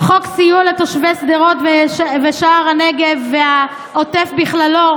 חוק סיוע לתושבי שדרות ושער הנגב והעוטף בכללו,